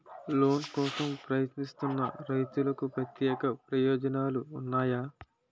Loan కోసం ప్రయత్నిస్తున్న రైతులకు ప్రత్యేక ప్రయోజనాలు ఉన్నాయా?